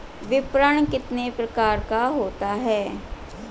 विपणन कितने प्रकार का होता है?